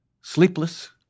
Sleepless